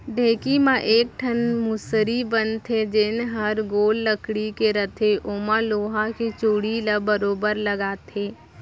ढेंकी म एक ठन मुसरी बन थे जेन हर गोल लकड़ी के रथे ओमा लोहा के चूड़ी ल बरोबर लगाथे